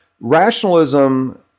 rationalism